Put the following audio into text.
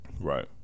Right